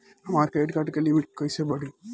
हमार credit card के limit कइसे बढ़ी?